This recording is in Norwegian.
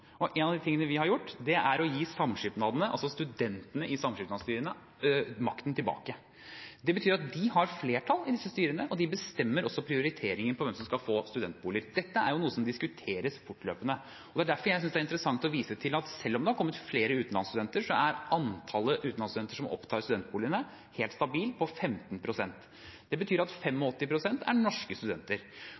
En av de tingene vi har gjort, er å gi samskipnadene – altså studentene i samskipnadsstyrene – makten tilbake. Det betyr at de har flertall i disse styrene, og de bestemmer også prioriteringen av hvem som skal få studentboliger. Dette er noe som diskuteres fortløpende. Det er derfor jeg synes det er interessant å vise til at selv om det har kommet flere utenlandsstudenter, er andelen utenlandsstudenter som opptar studentboligene, helt stabil på 15 pst. Det betyr at 85 pst. er norske studenter.